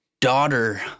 daughter